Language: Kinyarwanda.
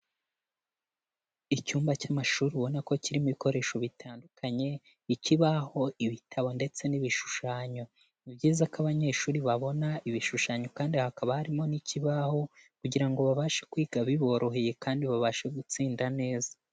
Icyumba cy'amashuri ubona ko kirimo ibikoresho bitandukanye, ikibaho, ibitabo ndetse n'ibishushanyo. Ni byiza ko abanyeshuri babona ibishushanyo kandi hakaba harimo n'ikibaho kugira ngo babashe kwiga biboroheye kandi babashe gutsinda neza.